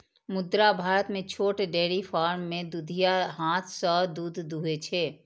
मुदा भारत मे छोट डेयरी फार्म मे दुधिया हाथ सं दूध दुहै छै